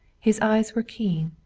his eyes were keen.